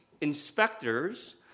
inspectors